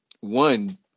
one